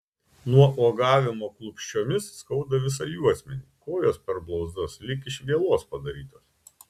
nuo uogavimo klupsčiomis skauda visą juosmenį kojos per blauzdas lyg iš vielos padarytos